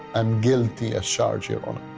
i'm guilty as charged, your honor.